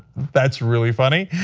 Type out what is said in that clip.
that's really funny.